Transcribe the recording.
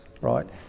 right